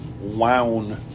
wound